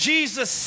Jesus